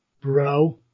Bro